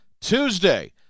Tuesday